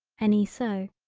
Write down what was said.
any so.